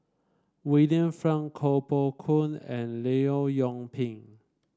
William Koh Poh Koon and Leong Yoon Pin